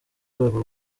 rwego